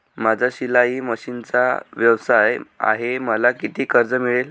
माझा शिलाई मशिनचा व्यवसाय आहे मला किती कर्ज मिळेल?